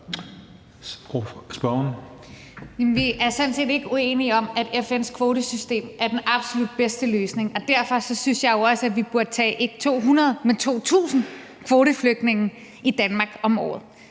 set ikke uenige om, at FN's kvotesystem er den absolut bedste løsning, og derfor synes jeg jo også, at vi burde tage ikke 200, men 2.000 kvoteflygtninge i Danmark om året.